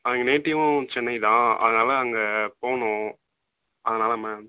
ஆ எங்கள் நேட்டிவ்வும் சென்னை தான் அதனால அங்கே போகணும் அதனால மேம்